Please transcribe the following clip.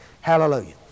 Hallelujah